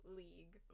league